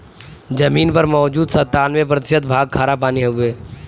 जमीन पर मौजूद सत्तानबे प्रतिशत भाग खारापानी हउवे